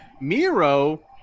Miro